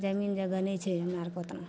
जमीन जगह नहि छै हमरा आओरके ओतना